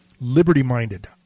liberty-minded